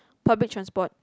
public transport